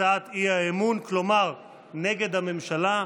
הצעת האי-אמון, כלומר נגד הממשלה,